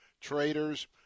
traders